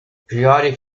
periodic